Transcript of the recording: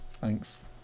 Thanks